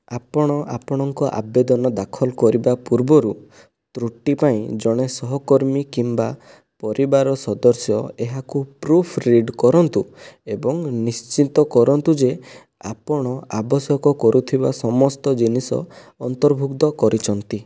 ଆପଣ ଆପଣଙ୍କ ଆବେଦନ ଦାଖଲ କରିବା ପୂର୍ବରୁ ତ୍ରୁଟି ପାଇଁ ଜଣେ ସହକର୍ମୀ କିମ୍ବା ପରିବାର ସଦସ୍ୟ ଏହାକୁ ପ୍ରୁଫ୍ ରିଡ୍ କରନ୍ତୁ ଏବଂ ନିଶ୍ଚିତ କରନ୍ତୁ ଯେ ଆପଣ ଆବଶ୍ୟକ କରୁଥିବା ସମସ୍ତ ଜିନିଷ ଅନ୍ତର୍ଭୁକ୍ତ କରିଛନ୍ତି